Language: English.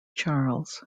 charles